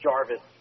Jarvis